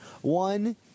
one